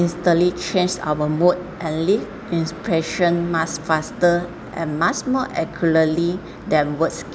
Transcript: instantly change our mood and leave impression much faster and much more accurately than words